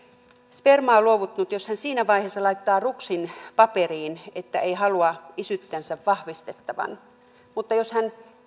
spermaa luovuttanut siinä vaiheessa laittaa ruksin paperiin että ei halua isyyttänsä vahvistettavan niin jos hän